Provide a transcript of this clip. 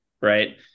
Right